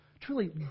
truly